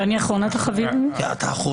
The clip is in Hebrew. נכון או